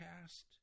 cast